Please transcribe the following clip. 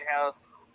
House